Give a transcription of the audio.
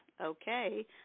Okay